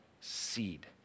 seed